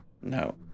No